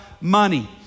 money